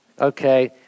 Okay